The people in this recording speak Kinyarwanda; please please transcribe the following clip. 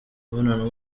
imibonano